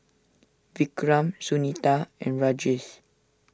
Vikram Sunita and Rajesh